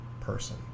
person